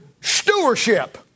stewardship